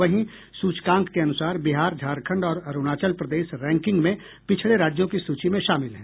वहीं सूचकांक के अनुसार बिहार झारखंड और अरूणाचल प्रदेश रैंकिंग में पिछड़े राज्यों की सूची में शामिल है